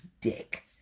dick